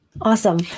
Awesome